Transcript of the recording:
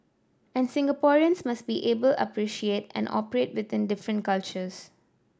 and Singaporeans must be able appreciate and operate within different cultures